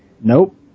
Nope